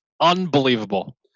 unbelievable